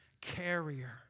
carrier